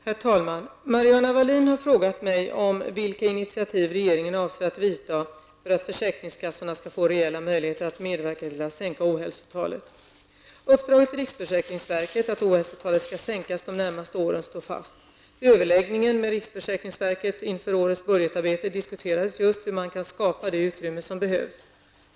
Herr talman! Mariana Wallin har frågat mig vilka initiativ regeringen avser att vidta för att försäkringskassorna skall få reella möjligheter att medverka till att sänka ohälsotalet. Uppdraget till riksförsäkringsverket att under de närmaste åren se till att sänka ohälsotalet står fast. Vid överläggningen med RFV inför årets budgetarbete diskuterades just hur man kan skapa det utrymme som behövs.